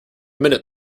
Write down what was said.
minute